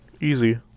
easy